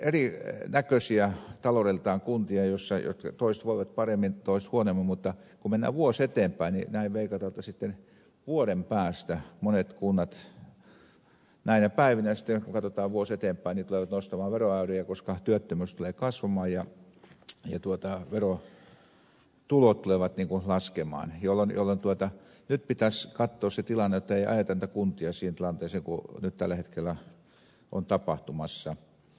meillä on taloudeltaan erinäköisiä kuntia joista toiset voivat paremmin toiset huonommin mutta kun mennään vuosi eteenpäin näin veikataan sitten vuoden päästä monet kunnat näinä päivinä sitten kun katsotaan vuosi eteenpäin tulevat nostamaan veroäyriä koska työttömyys tulee kasvamaan ja verotulot tulevat laskemaan joten nyt pitäisi katsoa se tilanne jotta ei ajeta niitä kuntia siihen tilanteeseen kuin nyt tällä hetkellä on tapahtumassa